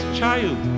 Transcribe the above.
child